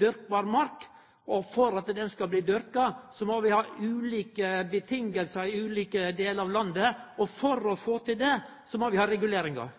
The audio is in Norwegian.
dyrkbar mark, og for at ho skal bli dyrka, må vi ha ulike vilkår i ulike delar av landet. For å få